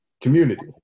community